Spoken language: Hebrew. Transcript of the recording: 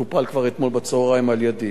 טופל כבר אתמול בצהריים על-ידי.